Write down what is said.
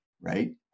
right